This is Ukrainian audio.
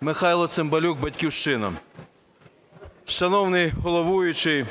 Михайло Цимбалюк, "Батьківщина". Шановний головуючий,